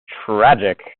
tragic